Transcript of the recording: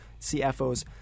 CFOs